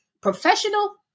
professional